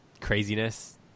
craziness